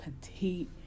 petite